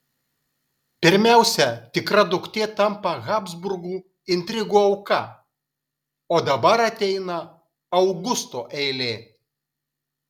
pirmiausia tikra duktė tampa habsburgų intrigų auka o dabar ateina augusto eilė